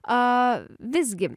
a visgi